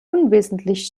unwesentlich